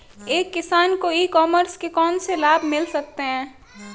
एक किसान को ई कॉमर्स के कौनसे लाभ मिल सकते हैं?